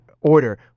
order